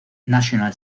national